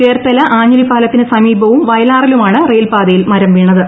ചേർത്തല ആഞ്ഞിലിപ്പാലത്തിനു സമീപവും വയലാറിലുമാണ് റെയിൽപ്പാതയിൽ മരം വീണത്